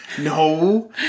No